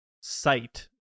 sight